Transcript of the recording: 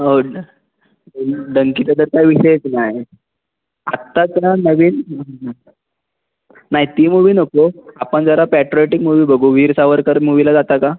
हो ना डंकी तर त्याचा विषयच नाही आत्ताच ना नवीन नाही ती मुवी नको आपण जरा पॅट्रीऑटीक मुवी बघू वीर सावरकर मुवीला जाता का